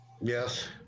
Yes